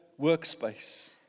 workspace